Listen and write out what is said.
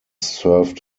served